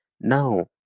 Now